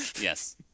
Yes